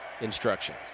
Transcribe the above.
instruction